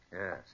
Yes